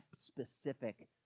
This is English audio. specific